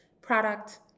product